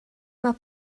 mae